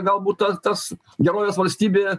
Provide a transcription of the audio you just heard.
galbūt ta tas gerovės valstybė